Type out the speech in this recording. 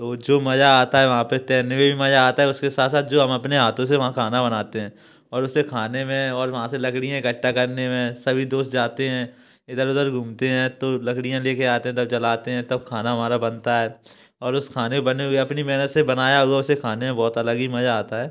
तो जो मजा आता है वहाँ पे तैरने में भी मजा आता है उसके साथ साथ जो हम अपने हाथों से वहाँ खाना बनाते हैं और उसे खाने में वहाँ से लकड़ियाँ इकट्ठा करने में सभी दोस्त जाते हैं इधर उधर घूमते हैं तो लकडियाँ लेकर आते हैं तब जलाते हैं तब खाना हमारा बनता है और उसे खाने बने हुए अपनी मेहनत से बनाया हुआ उसे खाने में बहुत अलग ही मजा आता है